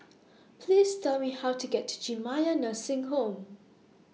Please Tell Me How to get to Jamiyah Nursing Home